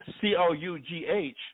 C-O-U-G-H